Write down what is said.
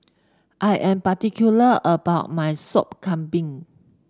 I am particular about my Sop Kambing